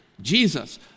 Jesus